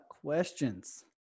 questions